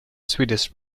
sweetest